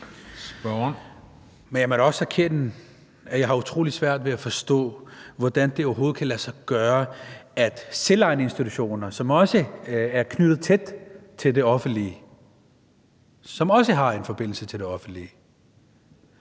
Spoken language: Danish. Jeg må da også erkende, at jeg har utrolig svært ved at forstå, hvordan det overhovedet kan lade sig gøre, at selvejende institutioner, som også er knyttet tæt til det offentlige, har en forbindelse til det offentlige,